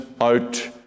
out